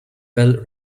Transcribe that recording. bell